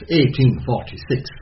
1846